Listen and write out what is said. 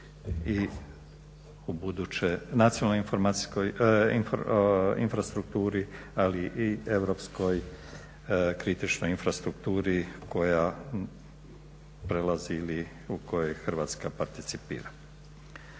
informacijskoj, infrastrukturi ali i europskoj kritičnoj infrastrukturi koja prelazi ili u koju Hrvatska participira.